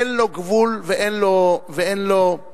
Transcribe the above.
אין לו גבול ואין לו שיעור,